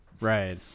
right